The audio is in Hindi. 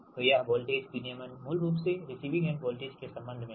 तो यह वोल्टेज विनयमन मूल रूप से रिसीविंग एंड वोल्टेज के संबंध में हैं